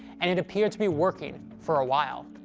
and it appeared to be working. for a while,